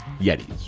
yetis